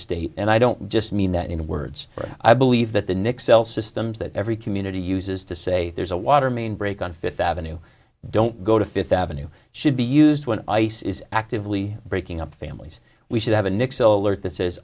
state and i don't just mean that in words i believe that the knicks sell systems that every community uses to say there's a water main break on fifth avenue don't go to fifth avenue should be used when ice is actively breaking up families we should have an excel alert that says